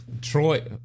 Troy